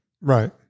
Right